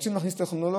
רוצים להכניס טכנולוגיה,